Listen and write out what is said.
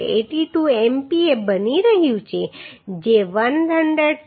82 MPa બની રહ્યું છે જે 131